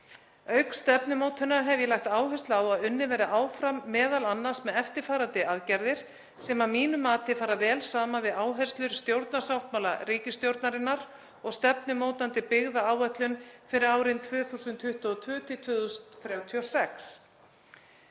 Auk stefnumótunar hef ég lagt áherslu á að unnið verði áfram m.a. með eftirfarandi aðgerðir, sem að mínu mati fara vel saman við áherslur stjórnarsáttmála ríkisstjórnarinnar og stefnumótandi byggðaáætlun fyrir árin 2022–2036.